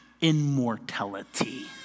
immortality